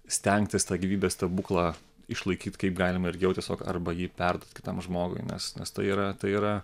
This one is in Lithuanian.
stengtis tą gyvybės stebuklą išlaikyt kaip galima ilgiau tiesiog arba jį perduot kitam žmogui nes nes tai yra tai yra